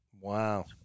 Wow